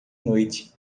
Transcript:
noite